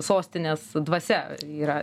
sostinės dvasia yra